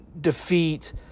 defeat